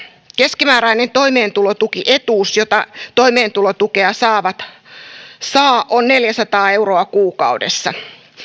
keskimääräinen toimeentulotukietuus jota saavat toimeentulotukea saavat on neljäsataa euroa kuukaudessa niin